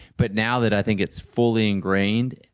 but now that i think it's fully ingrained,